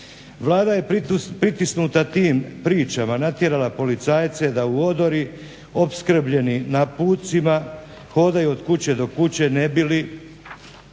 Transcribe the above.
Vlada je pritisnuta tim pričama natjerala policajce da u odori opskrbljeni naputcima hodaju od kuće do kuće ne bili utvrdili